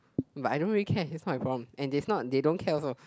but I don't really care that's not my problem and is not they don't care also